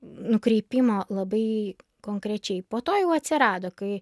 nukreipimo labai konkrečiai po to jau atsirado kai